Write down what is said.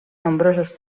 nombrosos